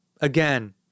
Again